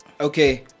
okay